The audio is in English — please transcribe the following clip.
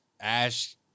Ash